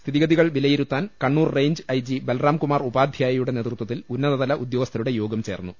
സ്ഥിതിഗതികൾ വിലയിരുത്താൻ Kannur range IG Balram Kumar ഉപാധ്യായയുടെ നേതൃത്വത്തിൽ ഉന്നതതല ഉദ്യോഗസ്ഥരുടെ യോഗം ചേർന്നു